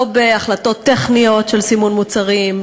לא בהחלטות טכניות של סימון מוצרים,